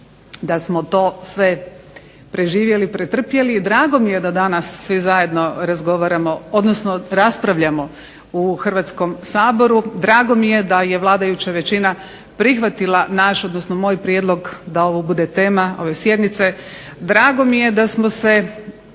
da smo to sve preživjeli i pretrpjeli i drago mi je da danas svi zajedno razgovaramo, odnosno raspravljamo u Hrvatskom saboru, drago mi je da je vladajuća većina prihvatila moj prijedlog da ovo bude tema ove sjednice, drago mi je da smo se